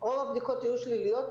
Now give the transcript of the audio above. רוב הבדיקות היו שליליות,